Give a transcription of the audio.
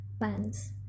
pants